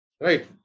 right